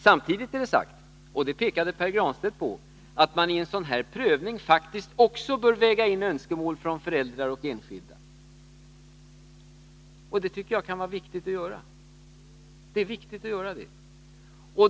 Samtidigt är det sant — det pekade Pär Granstedt på — att man i en sådan här prövning också bör väga in önskemål från föräldrar och enskilda. Det är viktigt att göra det.